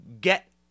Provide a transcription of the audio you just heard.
get